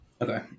Okay